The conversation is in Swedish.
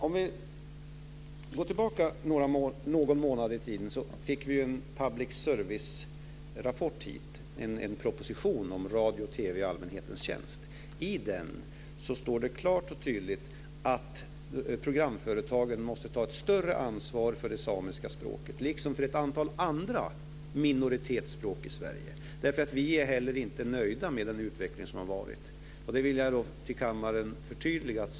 Om vi går tillbaka någon månad i tiden så fick vi en public service-rapport hit, en proposition om radio om TV i allmänhetens tjänst. I den står det klart och tydligt att programföretagen måste ta ett större ansvar för det samiska språket liksom för ett antal andra minoritetsspråk i Sverige. Vi är inte heller nöjda med den utveckling som har varit. Jag vill förtydliga detta för kammaren.